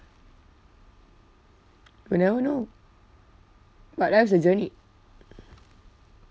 we never know but that's the journey